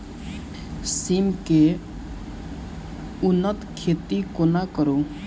सिम केँ उन्नत खेती कोना करू?